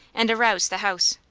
and aroused the house.